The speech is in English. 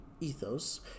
ethos